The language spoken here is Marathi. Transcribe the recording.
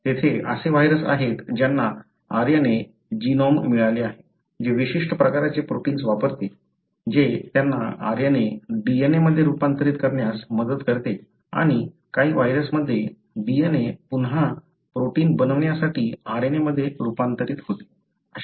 तेथे असे व्हायरस आहेत ज्यांना RNA जीनोम मिळाले आहे जे विशिष्ट प्रकारचे प्रोटिन्स वापरते जे त्यांना RNA DNA मध्ये रूपांतरित करण्यास मदत करते आणि काही व्हायरसमध्ये DNA पुन्हा प्रोटीन बनवण्यासाठी RNA मध्ये रूपांतरित होते